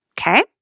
okay